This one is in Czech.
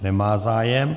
Nemá zájem.